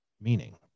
meaning